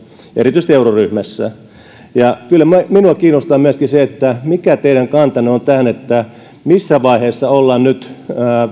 erityisesti euroryhmässä kyllä minua kiinnostaa myöskin se mikä teidän kantanne on tähän missä vaiheessa ollaan nyt